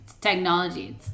technology